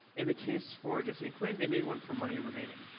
in the case for jesse and quinn, they made one for money remaining.